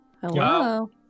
Hello